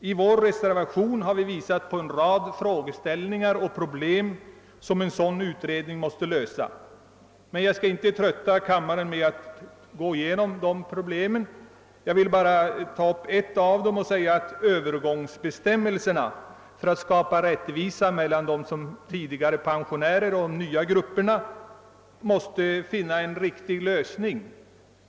I vår reservation har vi visat på en rad frågeställningar och problem som en sådan utredning måste lösa, men jag skall inte trötta kammarens ledamöter med att gå igenom dem. Jag vill bara ta upp ett av spörsmålen. Övergångsbestämmelserna för att skapa rättvisa mellan tidigare pensionärer och de nya grupperna måste bli riktiga.